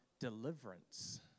deliverance